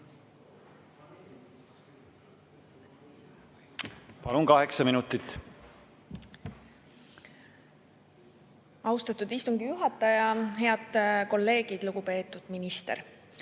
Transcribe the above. nimel. Kaheksa minutit. Austatud istungi juhataja! Head kolleegid! Lugupeetud minister!